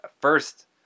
first